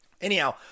Anyhow